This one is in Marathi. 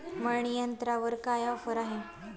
मळणी यंत्रावर काय ऑफर आहे?